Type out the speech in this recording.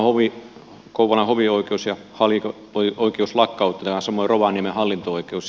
nythän kouvolan hovioikeus ja hallinto oikeus lakkautetaan samoin rovaniemen hallinto oikeus